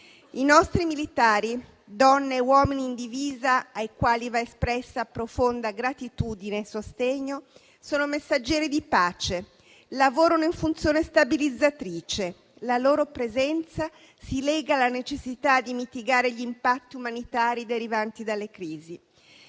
I nostri militari, donne e uomini in divisa ai quali va espressa profonda gratitudine e sostegno, sono messaggeri di pace. Lavorano in funzione stabilizzatrice. La loro presenza si lega alla necessità di mitigare gli impatti umanitari derivanti dalle crisi.